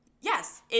Yes